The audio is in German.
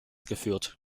geführt